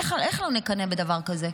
איך לא נקנא בדבר כזה?